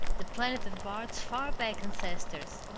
the planet of bart's far-back ancestors.